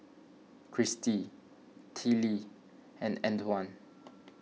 Kristi Teela and Antwan